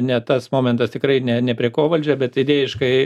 ne tas momentas tikrai ne ne prie ko valdžia bet idėjiškai